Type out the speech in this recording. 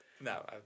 No